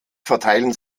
verteilen